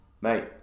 Mate